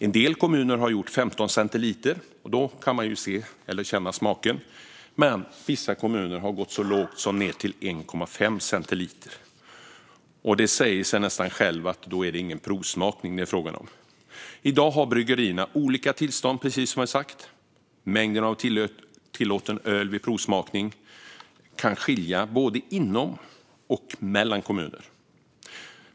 En del kommuner har satt gränsen till 15 centiliter, och då kan man känna smaken, men vissa kommuner har gått så lågt som ned till 1,5 centiliter. Det säger sig nästan självt att det inte blir fråga om någon provsmakning då. I dag har bryggerierna olika tillstånd, precis som jag har sagt. Mängden tillåten öl vid provsmakning kan skilja sig både inom och mellan kommuner.